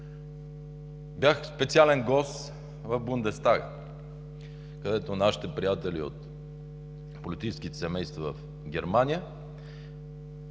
Бях специален гост в Бундестага, където нашите приятели от политическите семейства в Германия